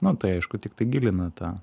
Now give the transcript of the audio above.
nu tai aišku tiktai gilina tą